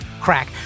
crack